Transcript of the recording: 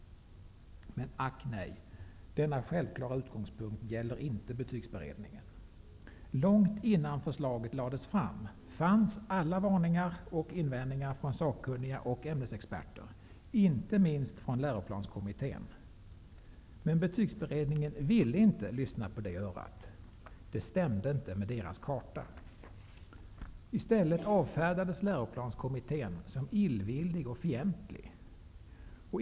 Men, ack nej, denna självklara utgångspunkt gäller inte för betygsberedningen. Långt innan förslaget lades fram fanns alla varningar och invändningar från sakkunniga och ämnesexperter, inte minst från läroplanskommitte n. Men betygsberedningen ville inte lyssna på det örat - det stämde inte med dess karta. I stället avfärdades läroplanskommitte n som illvillig och fientlig.